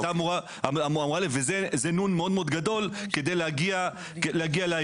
היא הייתה אמורה וזה נ' מאוד מאוד גדול כדי להגיע לאתגר.